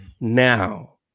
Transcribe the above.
Now